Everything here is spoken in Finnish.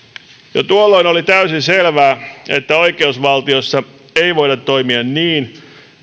jo tuolloin oli täysin selvää että oikeusvaltiossa ei voida toimia niin